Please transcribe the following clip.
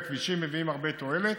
כבישים מביאים הרבה תועלת,